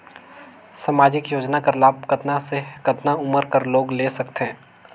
समाजिक योजना कर लाभ कतना से कतना उमर कर लोग ले सकथे?